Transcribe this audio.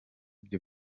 byo